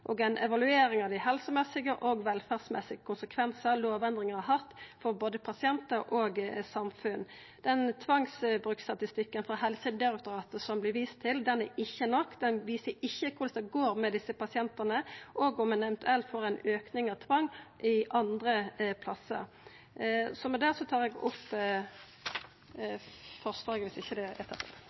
og ei evaluering av dei helsemessige og velferdsmessige konsekvensane lovendringa har hatt for både pasientar og samfunn. Tvangsbrukstatistikken frå Helsedirektoratet som det vart vist til, er ikkje nok. Han viser ikkje korleis det går med desse pasientane, og om ein eventuelt får auka bruk av tvang andre plassar. SV deler bekymringene fra politiet, helsevesenet og pasientorganisasjonene om at tjenesten ikke er